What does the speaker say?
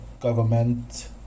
government